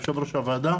יושב ראש הוועדה,